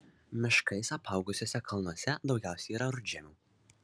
miškais apaugusiuose kalnuose daugiausiai yra rudžemių